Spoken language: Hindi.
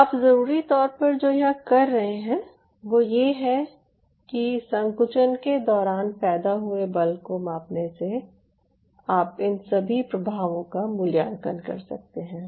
तो आप ज़रूरी तौर पर जो यहाँ कर रहे हैं वो ये है कि संकुचन के दौरान पैदा हुए बल को मापने से आप इन सभी प्रभावों का मूल्यांकन कर सकते हैं